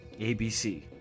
ABC